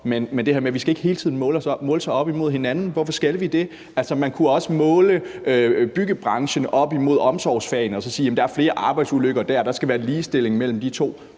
er det her med, at vi ikke hele tiden skal måle os op mod hinanden. Hvorfor skal vi det? Man kunne også måle byggebranchen op imod omsorgsfagene og så sige, at der er flere arbejdsulykker der, og at der skal være ligestilling mellem de to.